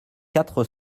quatre